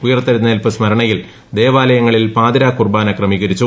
ഉയിർത്തെഴുന്നേൽപ്പ് സ്മരണയിൽ ദേവാലയങ്ങളിൽ പാതിരാ കുർബാന ക്രമീകരിച്ചു